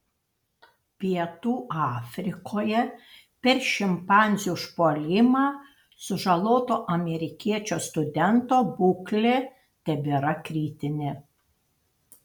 pietų afrikoje per šimpanzių užpuolimą sužaloto amerikiečio studento būklė tebėra kritinė